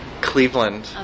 Cleveland